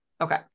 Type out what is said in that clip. Okay